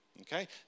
Okay